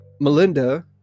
Melinda